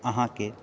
अहाँकेँ